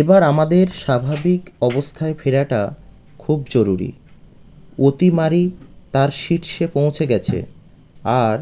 এবার আমাদের স্বাভাবিক অবস্থায় ফেরাটা খুব জরুরি অতিমারী তার শীর্ষে পৌঁছে গেছে আর